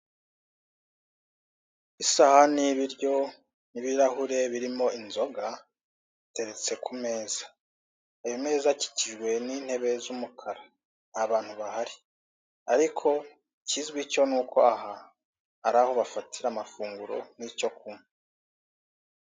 Isahani y'ibiryo, n'ibirahure birimo inzoga iteretse ku meza, ayo meza akikijwe n'intebe z'umukara, nta bantu bahari ariko ikizwi cyo ni uko aha ari aho bafatira amafunguro n'icyo kunywa.